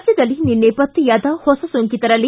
ರಾಜ್ಯದಲ್ಲಿ ನಿನ್ನೆ ಪತ್ತೆಯಾದ ಹೊಸ ಸೋಂಕಿತರಲ್ಲಿ